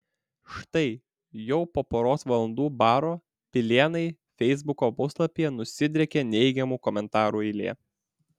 štai jau po poros valandų baro pilėnai feisbuko puslapyje nusidriekė neigiamų komentarų eilė